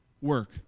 work